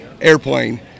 Airplane